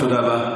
תודה רבה.